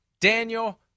Daniel